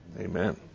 Amen